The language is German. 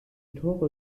tore